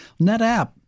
NetApp